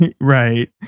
right